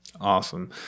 awesome